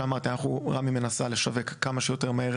רמ"י מנסה לשווק כמה שיותר מהר,